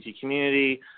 community